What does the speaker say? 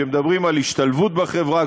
כשמדברים על השתלבות בחברה,